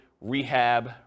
rehab